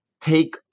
take